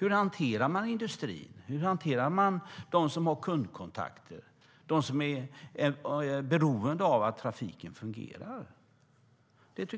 Hur hanterar man industrin? Hur hanterar man dem som har kundkontakter, som är beroende av att trafiken fungerar? Detta